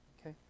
okay